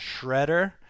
Shredder